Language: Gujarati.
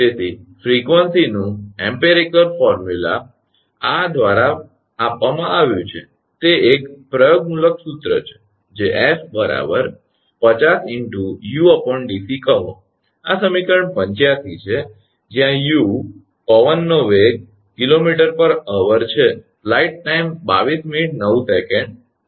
તેથી ફ્રિકવંસીનું પ્રયોગમૂલક સૂત્ર આ દ્વારા આપવામાં આવ્યું છે તે એક પ્રયોગમૂલક સૂત્ર છે જે 𝑓 50𝑢 𝑑𝑐 કહો આ સમીકરણ 85 છે જ્યાં 𝑢 પવનનો વેગ 𝐾𝑚 ℎ𝑟 છે